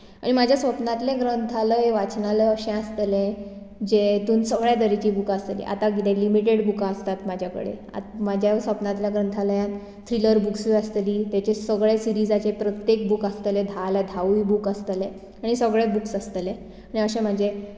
आनी म्हजें स्वपनांतलें ग्रंथालय वाचनालय अशें आसतलें जातून सगळ्या तरेचीं बुकां आसतलीं आतां कितें लिमिटेड बुकां आसतात म्हज्या कडेन आतां म्हज्या स्वपनांतल्या ग्रंथालयान थ्रिलर बुक्सूय आसतली ताचे सगळे सिरिजाचे प्रत्येक बूक आसतले धाल्या धावूय बूक आसतले आनी सगळे बुक्स आसतले आनी अशें म्हजें